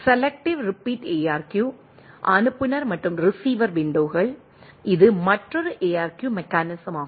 selective repeat ARQ அனுப்புநர் மற்றும் receiver விண்டோகள் இது மற்றொரு ARQ மெக்கானிசமாகும்